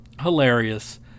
hilarious